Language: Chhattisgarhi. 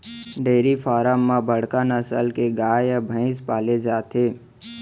डेयरी फारम म बड़का नसल के गाय या भईंस पाले जाथे